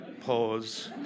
pause